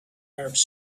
arabs